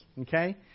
Okay